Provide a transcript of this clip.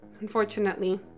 unfortunately